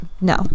No